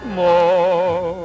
more